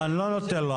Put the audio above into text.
לא אני לא נותן לו.